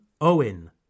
Owen